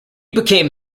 became